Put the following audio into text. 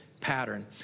pattern